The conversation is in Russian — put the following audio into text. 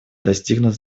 достигнут